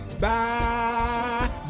bye